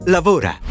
Lavora